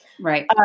Right